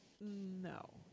no